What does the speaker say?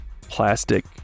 plastic